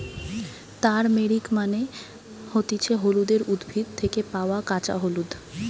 turmeric মানে হতিছে হলুদের উদ্ভিদ থেকে পায়া কাঁচা হলুদ